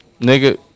nigga